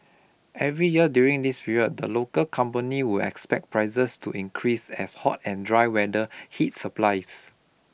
every year during this period the local company would expect prices to increase as hot and dry weather hits supplies